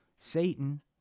Satan